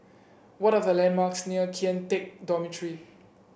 what are the landmarks near Kian Teck Dormitory